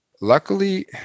luckily